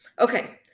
Okay